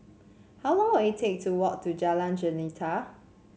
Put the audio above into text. how long will it take to walk to Jalan Jelita